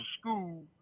school